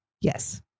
Yes